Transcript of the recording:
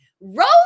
Roll